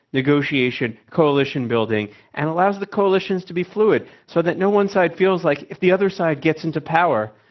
negotiation, coalition building and allows the coalitions to be fluid so that no one side feels like if the other side gets into power,